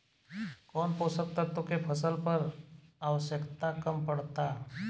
कौन पोषक तत्व के फसल पर आवशयक्ता कम पड़ता?